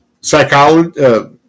psychology